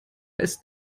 ist